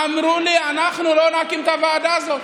אמרו לי: אנחנו לא נקים את הוועדה הזאת.